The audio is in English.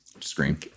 screen